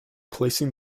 placing